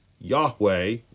Yahweh